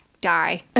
die